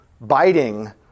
biting